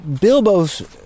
Bilbo's